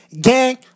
gang